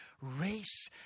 race